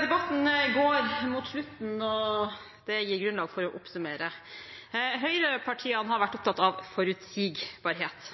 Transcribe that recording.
Debatten går mot slutten, og det gir grunnlag for å oppsummere. Høyrepartiene har vært opptatt av forutsigbarhet.